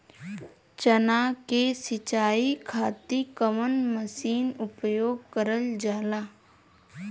चना के सिंचाई खाती कवन मसीन उपयोग करल जाला?